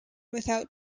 without